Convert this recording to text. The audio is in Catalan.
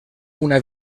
una